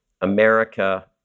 America